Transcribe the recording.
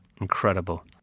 Incredible